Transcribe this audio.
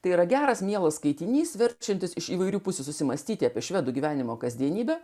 tai yra geras mielas skaitinys verčiantis iš įvairių pusių susimąstyti apie švedų gyvenimo kasdienybę